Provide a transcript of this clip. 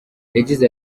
yagize